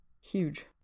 huge